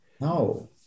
no